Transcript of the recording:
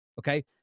okay